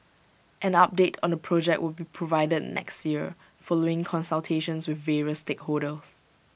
an update on the project will be provided next year following consultations with various stakeholders